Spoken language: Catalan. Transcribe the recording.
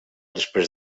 després